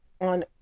on